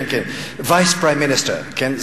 Vice Prime Minister, כן?